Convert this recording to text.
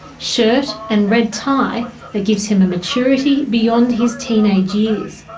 shirt and red tie that gives him a maturity beyond his teenage years.